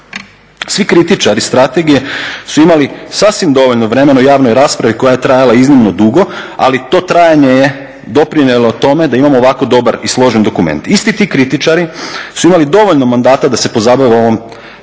Svi kritičari strategije su imali sasvim dovoljno vremena u javnoj raspravi koja je trajala iznimno dugo, ali to trajanje je doprinijelo tome da imamo ovako dobar i složen dokument. Isti ti kritičari su imali dovoljno mandata da se pozabave ovom temom,